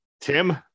Tim